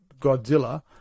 Godzilla